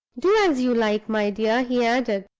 do as you like, my dear, he added,